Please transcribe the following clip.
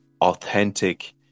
authentic